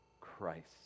Christ